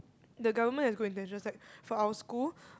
the government has good intentions like for our school